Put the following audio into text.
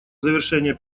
завершения